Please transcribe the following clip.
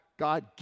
God